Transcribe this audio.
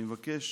אני מבקש